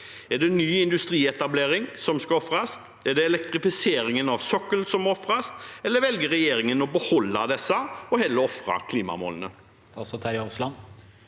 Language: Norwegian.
Er det ny industrietablering som skal ofres, er det elektrifiseringen av sokkelen som må ofres, eller velger regjeringen å beholde disse og heller ofre klimamålene?